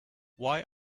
why